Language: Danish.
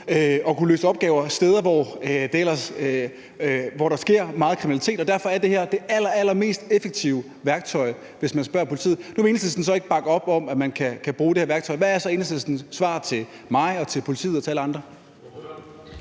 at kunne løse opgaver steder, hvor der sker meget kriminalitet. Derfor er det her det allerallermest effektive værktøj, hvis man spørger politiet. Nu vil Enhedslisten så ikke bakke op om, at man kan bruge det her værktøj. Hvad er så Enhedslisten svar til mig, politiet og alle andre?